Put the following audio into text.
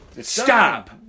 stop